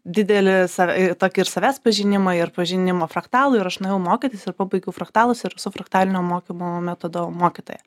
didelį sav i tokį ir savęs pažinimą ir pažinimą fraktalų ir aš nuėjau mokytis ir pabaigiau fraktalus ir esu fraktalinio mokymo metodo mokytoja